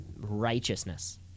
righteousness